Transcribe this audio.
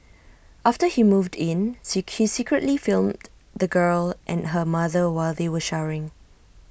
after he moved in secretly filmed the girl and her mother while they were showering